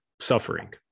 suffering